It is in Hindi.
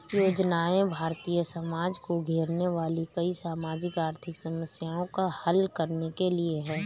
योजनाएं भारतीय समाज को घेरने वाली कई सामाजिक आर्थिक समस्याओं को हल करने के लिए है